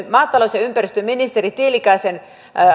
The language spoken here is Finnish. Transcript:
maatalous ja ympäristöministeri tiilikaisen